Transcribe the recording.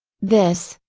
this,